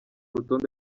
rutonde